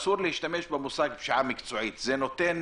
אסור להשתמש במונח פשיעה מקצועית כי זה נותן